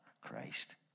Christ